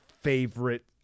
favorite